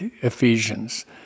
Ephesians